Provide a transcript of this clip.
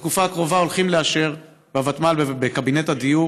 בתקופה הקרובה הולכים לאשר בוותמ"ל ובקבינט הדיור